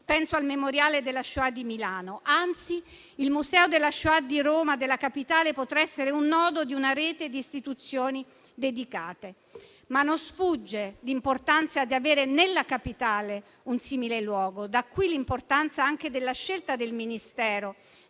(penso al Memoriale della Shoah di Milano). Anzi, il Museo della Shoah di Roma potrà essere il nodo di una rete di istituzioni dedicate e non sfuggono l'importanza e il valore di avere nella capitale un simile luogo - da qui l'importanza anche della scelta del Ministero